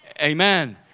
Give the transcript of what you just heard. Amen